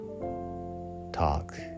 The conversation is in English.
talk